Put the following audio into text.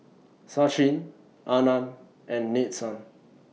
Sachin Anand and Nadesan